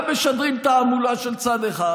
גם משדרים תעמולה של צד אחד